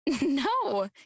No